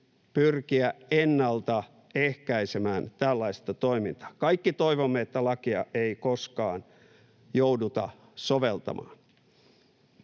pyrkiä ennaltaehkäisemään tällaista toimintaa. Kaikki toivomme, että lakia ei koskaan jouduta soveltamaan.